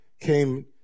came